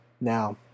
Now